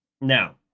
Now